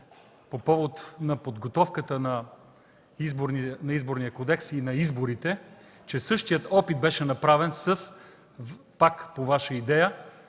по повод на подготовката на Изборния кодекс и на изборите, че същият опит беше направен, пак по Ваша идея,